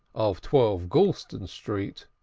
of twelve goulston street.